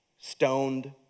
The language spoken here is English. stoned